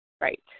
Right